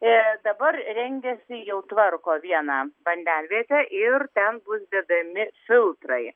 ir dabar rengiasi jau tvarko vieną vandenvietę ir ten bus dedami filtrai